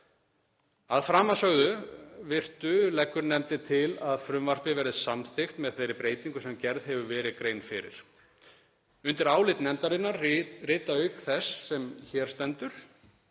Að framansögðu virtu leggur nefndin til að frumvarpið verði samþykkt með þeirri breytingu sem gerð hefur verið grein fyrir. Undir álit nefndarinnar rita, auk þess sem hér stendur,